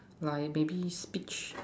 like maybe speech